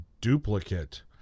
duplicate